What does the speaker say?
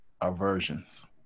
aversions